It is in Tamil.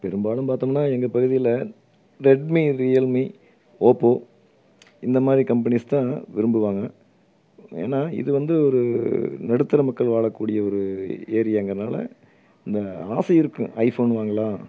பெரும்பாலும் பாத்தோம்னா எங்கள் பகுதியில் ரெட்மி ரியல்மி ஓப்போ இந்த மாதிரி கம்பெனிஸ் தான் விரும்புவாங்க ஏன்னா இது வந்து ஒரு நடுத்தர மக்கள் வாழக்கூடிய ஒரு ஏரியாங்கன்னால இந்த ஆசை இருக்கும் ஐஃபோன் வாங்கலாம்